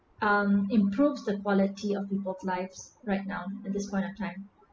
um improves the quality of people lives right now at this point of time